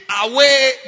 away